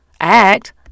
act